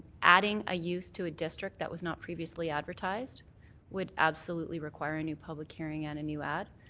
adding a use to a district that was not previously advertised would absolutely require a new public hearing and a new ad.